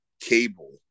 cable